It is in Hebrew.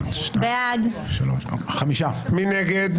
מי נגד?